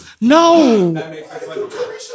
No